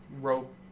rope